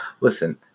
Listen